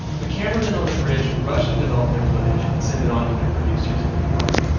the cameramen on the bridge rushed to develop their footage and send it on to their producers in new york.